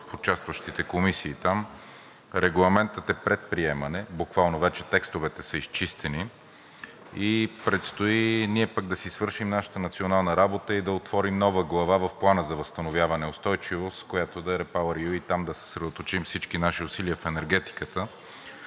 в участващите комисии там, Регламентът е пред приемане. Буквално вече текстовете са изчистени и предстои ние пък да си свършим нашата национална работа и да отворим нова глава в Плана за възстановяване и устойчивост, която да е REPowerEU, и там да съсредоточим всички наши усилия в енергетиката,